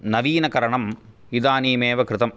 नवीनकरणम् इदानीम् एव कृतम्